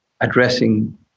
addressing